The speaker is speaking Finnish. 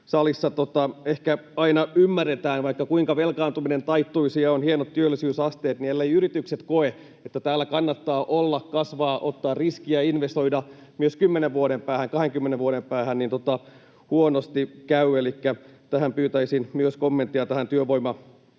salissa aina ymmärretään. Vaikka kuinka velkaantuminen taittuisi ja on hienot työllisyysasteet, niin elleivät yritykset koe, että täällä kannattaa olla, kasvaa, ottaa riskiä ja investoida myös kymmenen vuoden päähän ja 20 vuoden päähän, niin huonosti käy. Elikkä pyytäisin myös kommenttia tähän työvoimapulaan